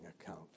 account